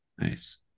Nice